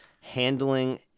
handling